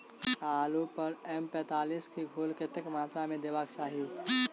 आलु पर एम पैंतालीस केँ घोल कतेक मात्रा मे देबाक चाहि?